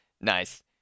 Nice